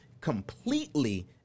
completely